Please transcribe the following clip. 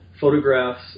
photographs